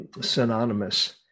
synonymous